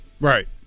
right